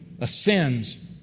ascends